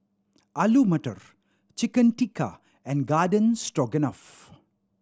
Alu Matar Chicken Tikka and Garden Stroganoff